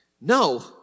No